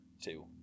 two